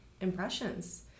impressions